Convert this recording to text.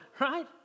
Right